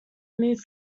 move